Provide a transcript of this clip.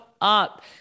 up